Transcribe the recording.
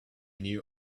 knew